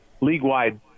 League-wide